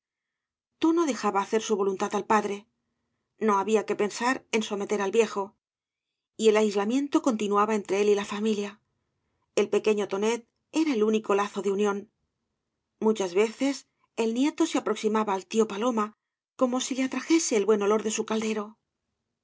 guardas tono dejaba hacer su voluntad al padre no había que pensar en someter al viejo y el aislamiento continuaba entre él y la familia el pequeño toneí era el único lazo de unión muchas veces el nieto se aproximaba al tío paloma como si le atrajese el buen olor de su caldero